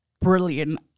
brilliant